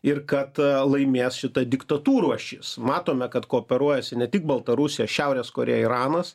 ir kad laimės šita diktatūrų ašis matome kad kooperuojasi ne tik baltarusija šiaurės korėja iranas